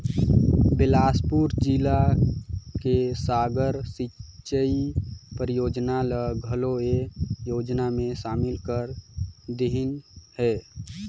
बेलासपुर जिला के सारंग सिंचई परियोजना ल घलो ए योजना मे सामिल कर देहिनह है